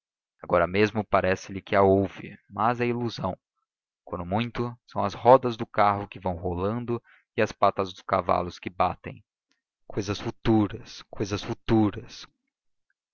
agora mesmo parece-lhe que a ouve mas é ilusão quando muito são as rodas do carro que vão rolando e as patas dos cavalos que batem cousas futuras cousas futuras